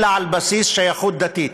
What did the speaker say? אלא על בסיס שייכות דתית.